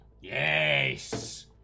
Yes